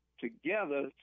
together